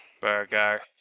Burger